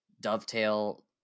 dovetail